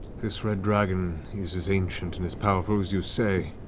this red dragon is as ancient and as powerful as you say,